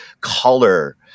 color